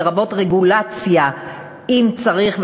לרבות רגולציה אם צריך,